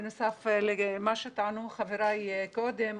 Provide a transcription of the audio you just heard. בנוסף למה שטענו חבריי קודם,